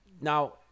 now